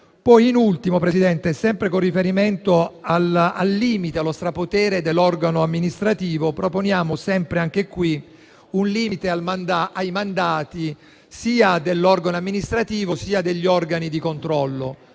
50. In ultimo, Presidente, sempre con riferimento al limite allo strapotere dell'organo amministrativo, proponiamo un limite ai mandati sia dell'organo amministrativo sia degli organi di controllo